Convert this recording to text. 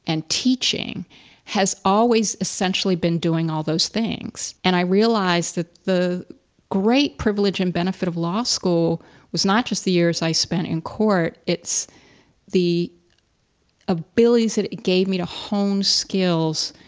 and teaching has always essentially been doing all those things. and i realized that the great privilege and benefit of law school was not just the years i spent in court, it's the abilities that it gave me to hone skills,